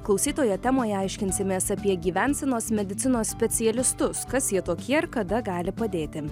klausytojo temoje aiškinsimės apie gyvensenos medicinos specialistus kas jie tokie ir kada gali padėti